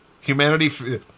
Humanity